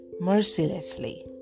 mercilessly